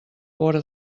vora